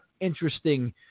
interesting